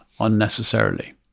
unnecessarily